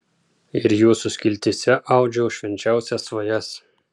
ir jūsų skiltyse audžiau švenčiausias svajas